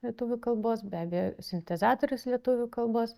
lietuvių kalbos be abejo sintezatorius lietuvių kalbos